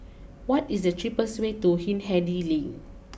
what is the cheapest way to Hindhede Lane